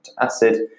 acid